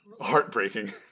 heartbreaking